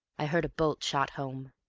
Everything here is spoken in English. i heard a bolt shot home.